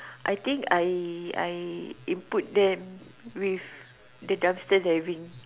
I think I I input them with the dumpster diving